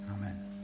Amen